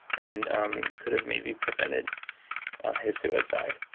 and um could have maybe prevented ah his suicide